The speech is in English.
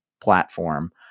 platform